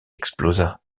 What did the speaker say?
explosa